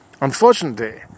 Unfortunately